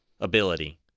ability